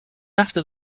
after